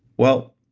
well,